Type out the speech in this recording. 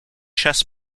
chess